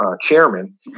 chairman